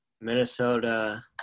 minnesota